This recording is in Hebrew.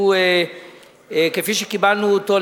שכפי שקיבלנו אותו,